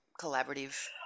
collaborative